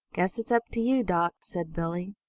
guess it's up to you, doc, said billie.